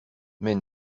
mais